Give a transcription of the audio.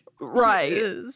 Right